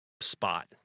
spot